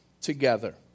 together